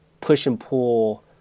push-and-pull